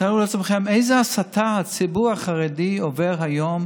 תתארו לעצמכם איזו הסתה הציבור החרדי היה עובר היום,